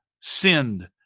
sinned